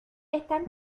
están